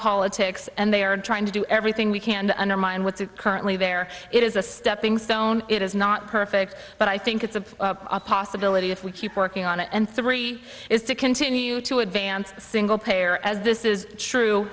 politics and they are trying to do everything we can to undermine what's currently there it is a stepping stone it is not perfect but i think it's a possibility if we keep working on it and three is to continue to advance single payer as this is true